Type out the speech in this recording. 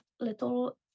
little